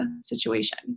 situation